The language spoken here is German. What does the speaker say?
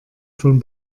von